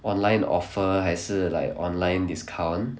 online offer 还是 like online discount